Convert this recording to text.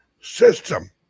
system